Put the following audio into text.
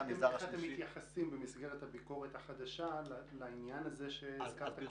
איך אתם מתייחסים במסגרת הביקורת החדשה לעניין הזה שהזכרת קודם?